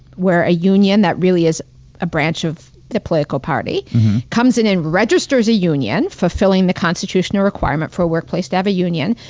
where a union that really is the branch of the political party comes in and registers a union, fulfilling the constitutional requirement for workplace to have a union.